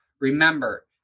Remember